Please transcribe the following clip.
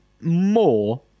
more